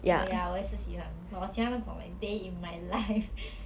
oh ya 我也是喜欢我喜欢那种 like day in my life